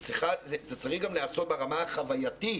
זה צריך גם להיעשות ברמה החווייתית,